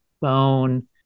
Bone